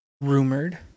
rumored